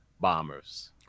bombers